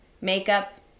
makeup